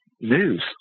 news